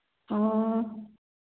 ꯑꯣ